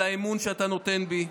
על האמון שאתה נותן בי,